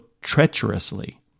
treacherously